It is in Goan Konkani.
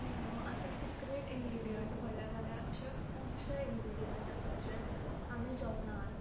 आतां सिक्रेट इनग्रीडियंट म्हणलें जाल्यार अशें खुपशे इनग्रीडियंट आसात जे आमी जेवणांत